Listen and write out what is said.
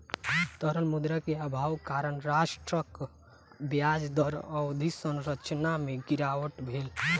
तरल मुद्रा के अभावक कारण राष्ट्रक ब्याज दर अवधि संरचना में गिरावट भेल